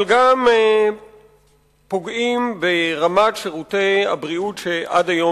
אבל פוגע גם ברמת שירותי הבריאות שעד היום